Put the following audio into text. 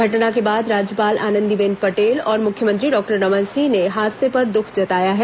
घटना के बाद राज्यपाल आनंदीबेन पटेल और मुख्यमंत्री डॉक्टर रमन सिंह ने हादसे पर दुख जताया है